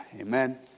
Amen